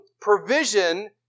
provision